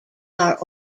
are